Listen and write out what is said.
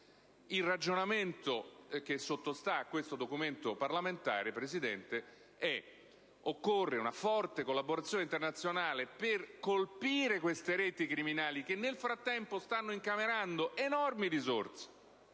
il ragionamento che sottosta a questo documento parlamentare, Presidente, è che occorre una forte collaborazione internazionale per colpire queste reti criminali che nel frattempo stanno incamerando enormi risorse,